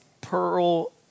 pearl